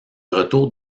retour